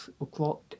o'clock